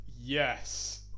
yes